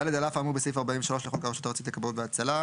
(ד) על אף האמור בסעיף 43 לחוק הרשות הארצית לכבאות וההצלה,